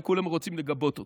וכולם רוצים לגבות אותך.